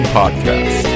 podcast